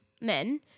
men